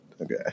okay